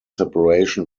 separation